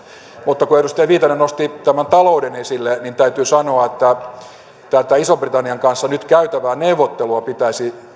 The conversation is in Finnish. mutta kun edustaja viitanen nosti talouden esille niin täytyy sanoa että ison britannian kanssa nyt käytävää neuvottelua pitäisi